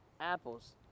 apples